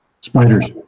Spiders